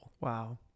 Wow